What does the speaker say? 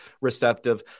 receptive